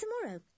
Tomorrow